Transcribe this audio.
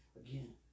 Again